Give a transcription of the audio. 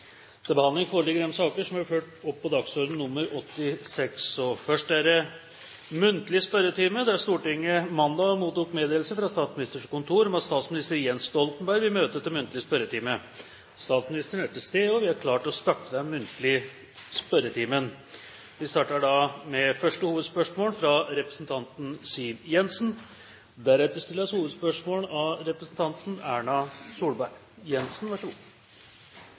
til stede og vil ta sete. Stortinget mottok mandag meddelelse fra Statsministerens kontor om at statsminister Jens Stoltenberg vil møte til muntlig spørretime. Statsministeren er til stede, og vi er klare til å starte den muntlige spørretimen. Første hovedspørsmål stilles av representanten Siv Jensen.